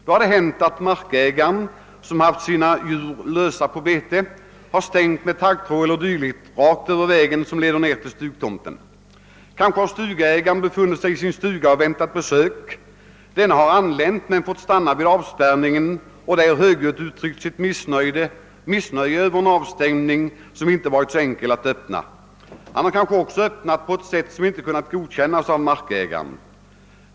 Då har det hänt att markägaren, som haft sina djur lösa på bete, har stängt med taggtråd eller dylikt rakt över vägen som leder ned till stugtomten. Kanske har stugägaren befunnit sig i sin stuga och väntat besök. Besökaren har anlänt men fått stanna vid avspärrningen och där högljutt uttryckt sitt missnöje över en avstängning som inte varit så enkel att öppna. Han har kanske också öppnat på ett sätt som inte kunnat godkännas av markägaren.